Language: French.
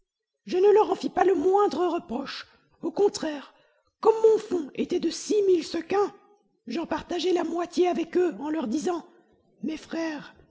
je ne leur en fis pas le moindre reproche au contraire comme mon fonds était de six mille sequins j'en partageai la moitié avec eux en leur disant mes frères